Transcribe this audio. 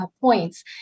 points